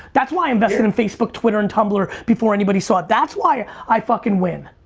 that's why i invested in facebook, twitter, and tumblr before anybody saw it. that's why i fucking win.